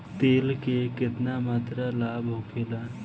तेल के केतना मात्रा लाभ होखेला?